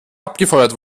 abgefeuert